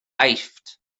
aifft